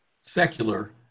secular